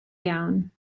iawn